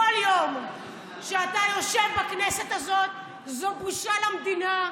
כל יום שאתה יושב בו בכנסת הזאת זו בושה למדינה.